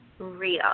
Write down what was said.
real